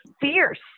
fierce